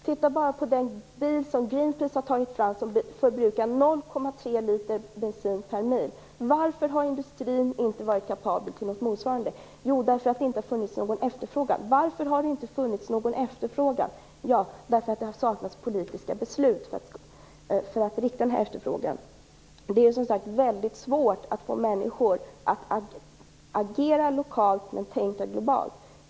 Titta bara på den bil som Greenpeace har tagit fram och som förbrukar 0,3 liter bensin per mil! Varför har industrin inte varit kapabel att åstadkomma något motsvarande? Jo, därför att det inte har funnits någon efterfrågan. Varför har det då inte funnits någon sådan efterfrågan? Jo, därför att det saknats politiska beslut för en sådan efterfrågan. Det är, som sagt, mycket svårt att få människor att agera lokalt och tänka globalt.